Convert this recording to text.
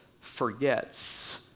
forgets